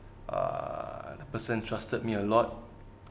ah the person trusted me a lot